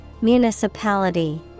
Municipality